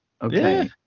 Okay